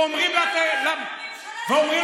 ואומרים לה, זו הממשלה